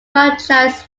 franchise